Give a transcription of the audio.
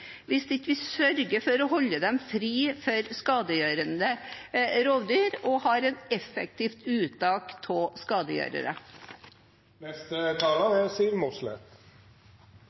hvis vi ikke sørger for å holde dem fri for skadegjørende rovdyr og har et effektivt uttak av